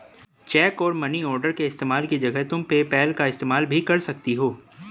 check और money order के इस्तेमाल की जगह तुम पेपैल का इस्तेमाल भी कर सकती हो